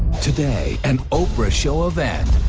today, an oprah show event.